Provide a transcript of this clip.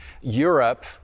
europe